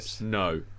No